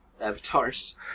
Avatars